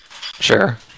Sure